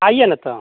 आइए न तो